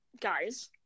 guys